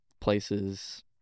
places